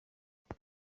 what